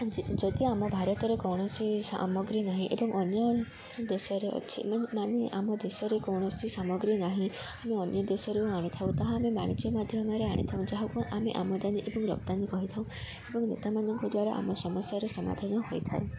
ଯଦି ଆମ ଭାରତରେ କୌଣସି ସାମଗ୍ରୀ ନାହିଁ ଏବଂ ଅନ୍ୟ ଦେଶରେ ଅଛି ମାନେ ଆମ ଦେଶରେ କୌଣସି ସାମଗ୍ରୀ ନାହିଁ ଆମେ ଅନ୍ୟ ଦେଶରୁ ଆଣିଥାଉ ତାହା ଆମେ ବାଣିଜ୍ୟ ମାଧ୍ୟମରେ ଆଣିଥାଉ ଯାହାକୁ ଆମେ ଆମଦାନୀ ଏବଂ ରପ୍ତାନି କହିଥାଉ ଏବଂ ନେତାମାନଙ୍କ ଦ୍ୱାରା ଆମ ସମସ୍ୟାର ସମାଧାନ ହୋଇଥାଏ